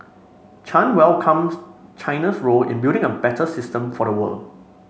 Chan welcomes China's role in building a better system for the world